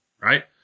Right